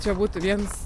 čia būtų viens